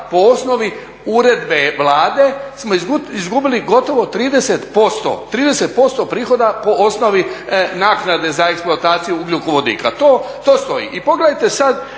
po osnovi uredbe Vlade smo izgubili gotovo 30% prihoda po osnovi naknade za eksploataciju ugljikovodika, to stoji.